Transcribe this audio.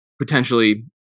potentially